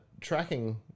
tracking